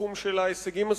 בתחום ההישגים הסביבתיים,